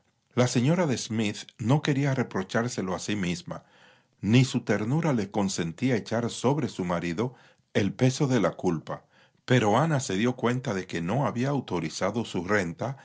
la señora de smith no quería reprochárselo a sí misma ni su ternura le consentía echar sobre su marido el peso de la culpa pero ana se dió cuenta de que no había autorizado su renta